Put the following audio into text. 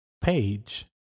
page